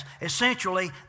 Essentially